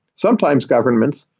sometimes governments,